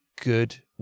good